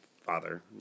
father